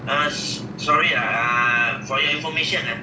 us